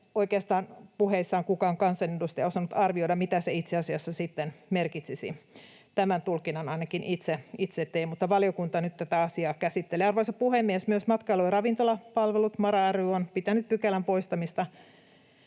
oikeastaan puheissaan kukaan kansanedustaja osannut arvioida, mitä se itse asiassa sitten merkitsisi. Tämän tulkinnan ainakin itse tein, mutta valiokunta nyt tätä asiaa käsittelee. Arvoisa puhemies! Myös Matkailu- ja Ravintolapalvelut MaRa ry on pitänyt pykälän poistamista